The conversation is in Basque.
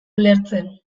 ulertzen